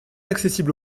accessible